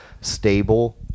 stable